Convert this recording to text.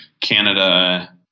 Canada